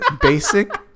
basic